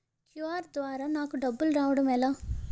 QR ద్వారా నాకు డబ్బులు రావడం ఎలా?